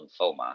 lymphoma